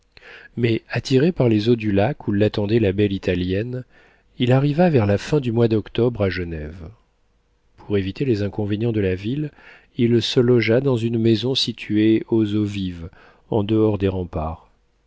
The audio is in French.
mais attiré par les eaux du lac où l'attendait la belle italienne il arriva vers la fin du mois d'octobre à genève pour éviter les inconvénients de la ville il se logea dans une maison située aux eaux vives en dehors des remparts